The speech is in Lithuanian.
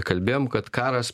kalbėjom kad karas